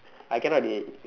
I cannot dey